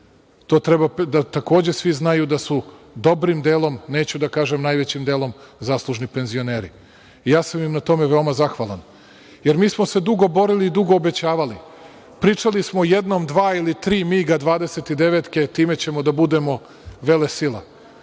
to treba da takođe svi znaju da su dobrim delom, neću da kažem najvećim delom zaslužni penzioneri. Ja sam im na tome veoma zahvalan, jer mi smo se dugo borili i dugo obećavali. Pričali smo jednom dva ili tri „Mig-a 29“ time ćemo da budemo velesila.